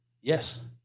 Yes